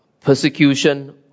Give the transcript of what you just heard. persecution